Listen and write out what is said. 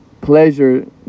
pleasure